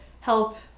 help